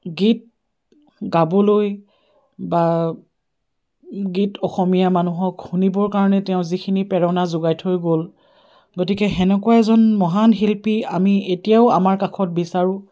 গীত গাবলৈ বা গীত অসমীয়া মানুহক শুনিবৰ কাৰণে তেওঁ যিখিনি প্ৰেৰণা যোগাই থৈ গ'ল গতিকে তেনেকুৱা এজন মহান শিল্পী আমি এতিয়াও আমাৰ কাষত বিচাৰোঁ